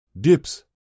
Dips